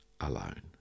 alone